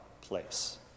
place